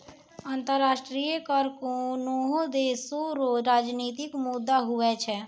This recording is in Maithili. अंतर्राष्ट्रीय कर कोनोह देसो रो राजनितिक मुद्दा हुवै छै